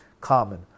common